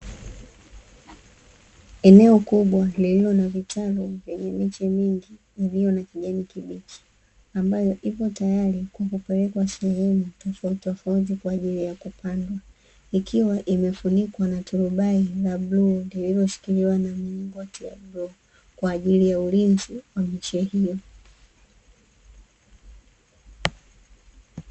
Eneo kubwa lililo na vitalu vyenye miche mingi iliyo na kijani kibichi, ambayo ipo tayari kwa kupelekwa sehemu tofautitofauti kwa ajili ya kupandwa, ikiwa imefunikwa na turubai la bluu, lililoshikiliwa na milingoti ya bluu, kwa ajili ya ulinzi wa miche hiyo.